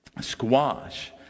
squash